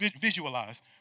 visualize